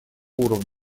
уровня